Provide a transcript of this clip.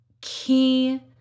key